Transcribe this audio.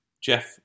Jeff